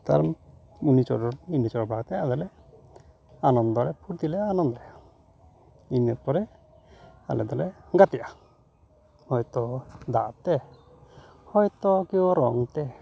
ᱛᱟᱨ ᱤᱱᱟᱹ ᱪᱚᱰᱚᱨ ᱵᱟᱲᱟ ᱠᱟᱛᱮ ᱟᱫᱚᱞᱮ ᱟᱱᱚᱱᱫᱚ ᱯᱷᱩᱨᱛᱤ ᱞᱮ ᱟᱱᱟᱱᱫᱚᱼᱟ ᱤᱱᱟᱹ ᱯᱚᱨᱮ ᱟᱞᱮ ᱫᱚᱞᱮ ᱜᱟᱛᱮᱼᱟ ᱦᱚᱭᱛᱳ ᱫᱟᱜ ᱛᱮ ᱦᱚᱭᱛᱳ ᱠᱮᱣ ᱨᱚᱝ ᱛᱮ